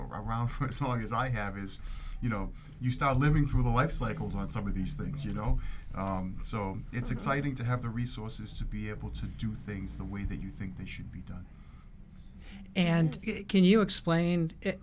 around for as long as i have is you know you start living through the life cycles and some of these things you know so it's exciting to have the resources to be able to do things the way that you think that should be done and it can you explain it